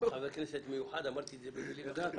הם נפגשו איתי.